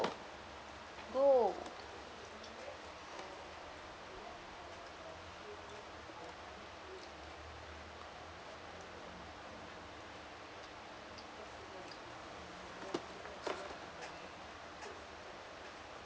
go